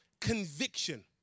conviction